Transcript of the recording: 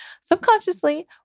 subconsciously